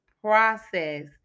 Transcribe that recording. process